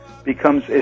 becomes